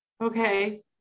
okay